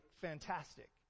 fantastic